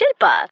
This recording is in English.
Shilpa